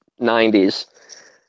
90s